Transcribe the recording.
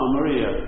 Maria